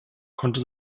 konnte